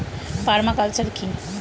Parma culture কি?